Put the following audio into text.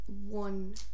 one